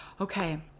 okay